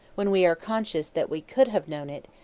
when we are conscious that we could have known it,